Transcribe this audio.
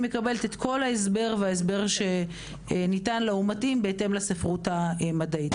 מקבלת את כל ההסבר וההסבר שניתן לה הוא מתאים בהתאם לספרות המדעית.